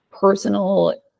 personal